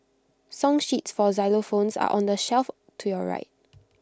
song sheets for xylophones are on the shelf to your right